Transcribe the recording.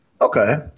Okay